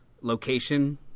location